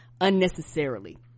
unnecessarily